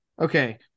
okay